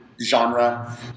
genre